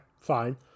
Fine